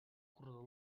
corredor